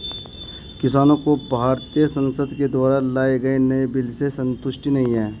किसानों को भारतीय संसद के द्वारा लाए गए नए बिल से संतुष्टि नहीं है